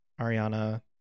Ariana